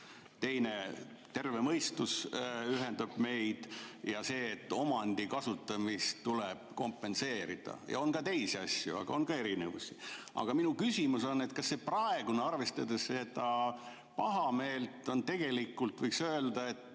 Teine: terve mõistus ühendab meid ja see, et omandi kasutamist tuleb kompenseerida. Ja on ka teisi asju. Aga on ka erinevusi. Minu küsimus on, et arvestades seda pahameelt, kas tegelikult võiks öelda, et